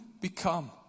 become